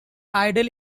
idol